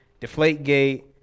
Deflategate